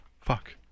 Fuck